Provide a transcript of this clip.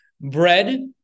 bread